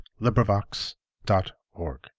LibriVox.org